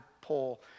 poll